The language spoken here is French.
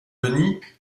denis